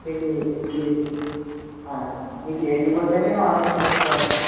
మీకు ఏసీ అవునండి మీకు ఏసీ బస్ అండి నాన్ ఏసీ బస్ కావాలండి